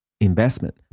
investment